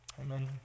Amen